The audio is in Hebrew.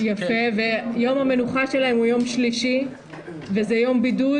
ויום המנוחה שלהם הוא יום שלישי והוא יום בידוד,